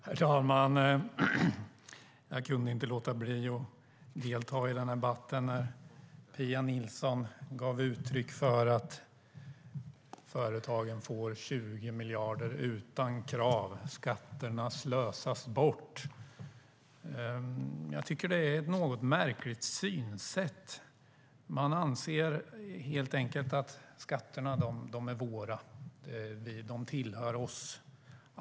Herr talman! Jag kunde inte låta bli att delta i den här debatten när Pia Nilsson gav uttryck för att företagen får 20 miljarder utan krav och när hon sade att skatterna slösas bort. Jag tycker att det är ett något märkligt synsätt. Man anser helt enkelt att skatterna är våra, de tillhör oss.